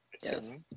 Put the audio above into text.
Yes